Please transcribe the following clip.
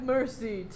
Mercy